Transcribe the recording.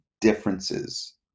differences